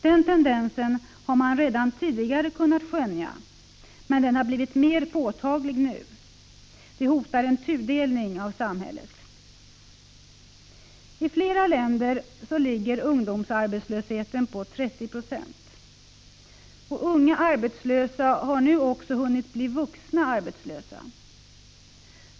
Den tendensen har man redan tidigare kunna skönja, men den har blivit mer påtaglig nu. Samhället hotar att tudelas. I flera länder ligger ungdomsarbetslösheten på 30 26. Unga arbetslösa har nu också hunnit bli vuxna arbetslösa.